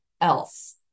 else